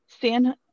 San